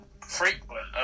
frequent